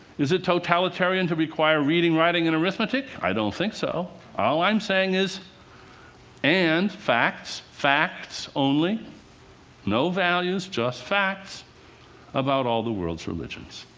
is it totalitarian to require reading, writing and arithmetic? i don't think so. all i'm saying is and facts, facts only no values, just facts about all the world's religions.